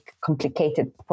complicated